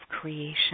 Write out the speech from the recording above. creation